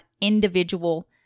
individual